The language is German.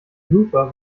luther